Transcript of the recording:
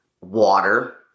water